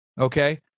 okay